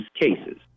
cases